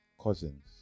cousins